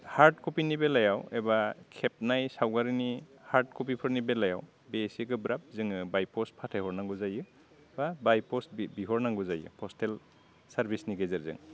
hard कफिनि बेलायाव एबा खेबनाय सावगारिनि हार्ड कपिफोरनि बेलायाव बे एसे गोब्राब जोङो बाय पस्ट फाथायहरनांगौ जायो बा बाय पस्ट बि बिहरनांगौ जायो पस्टेल सारबिनि गेजेरजों